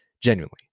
genuinely